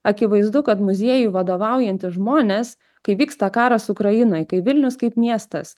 akivaizdu kad muziejui vadovaujantys žmonės kai vyksta karas ukrainoj kai vilnius kaip miestas